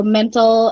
mental